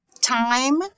time